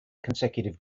consecutive